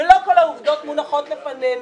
ולא כל העובדות מונחות לפנינו.